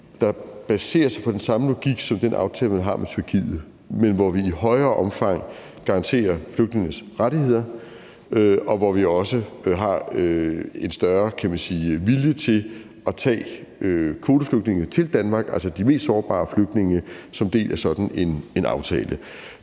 der baserer sig på den samme logik som den aftale, man har med Tyrkiet, men hvor vi i større omfang garanterer flygtninges rettigheder, og hvor vi også har en større, kan man sige, vilje til at tage kvoteflygtninge til Danmark, altså de mest sårbare flygtninge, som en del af sådan en aftale.